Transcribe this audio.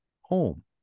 home